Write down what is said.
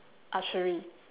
archery